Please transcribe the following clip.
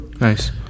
Nice